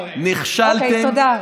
נכשלתם.